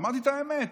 ואמרתי את האמת,